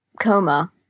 coma